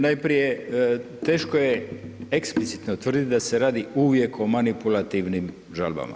Najprije teško je eksplicitno utvrditi da se radi uvijek o manipulativnim žalbama.